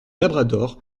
labrador